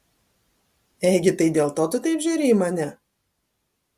egi tai dėl to tu taip žiūri į mane